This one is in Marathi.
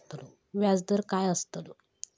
व्याज दर काय आस्तलो?